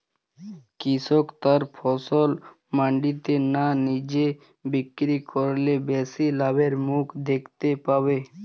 কৃষক তার ফসল মান্ডিতে না নিজে বিক্রি করলে বেশি লাভের মুখ দেখতে পাবে?